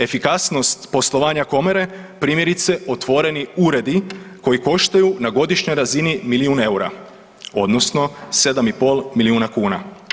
Efikasnost poslovanja komore primjerice otvoreni uredi koji koštaju na godišnjoj razini milijun eura odnosno 7 i pol milijuna kuna.